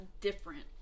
different